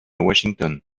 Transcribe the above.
washington